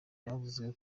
byavuzwe